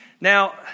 Now